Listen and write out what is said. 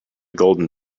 golden